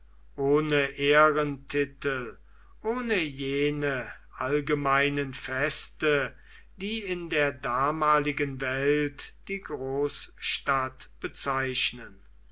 ohne ehrentitel und ohne jene allgemeinen feste die in der damaligen welt die großstadt bezeichnen